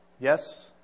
Yes